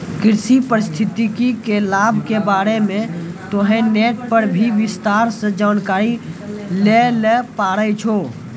कृषि पारिस्थितिकी के लाभ के बारे मॅ तोहं नेट पर भी विस्तार सॅ जानकारी लै ल पारै छौ